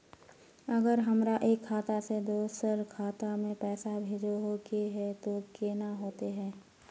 अगर हमरा एक खाता से दोसर खाता में पैसा भेजोहो के है तो केना होते है?